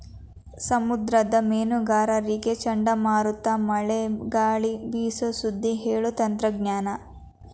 ಸಮುದ್ರದ ಮೇನುಗಾರರಿಗೆ ಚಂಡಮಾರುತ ಮಳೆ ಗಾಳಿ ಬೇಸು ಸುದ್ದಿ ಹೇಳು ತಂತ್ರಜ್ಞಾನ